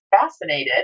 fascinated